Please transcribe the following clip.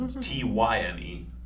T-Y-M-E